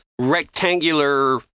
rectangular